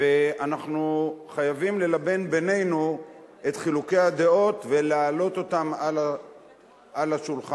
ואנחנו חייבים ללבן בינינו את חילוקי הדעות ולהעלות אותם על השולחן.